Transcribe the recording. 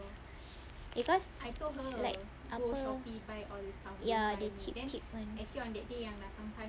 because like apa ya the cheap cheap [one]